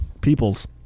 Peoples